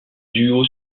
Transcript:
duo